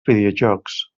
videojocs